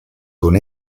con